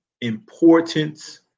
importance